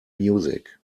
music